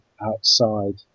outside